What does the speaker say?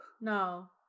No